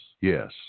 Yes